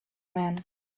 man